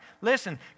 Listen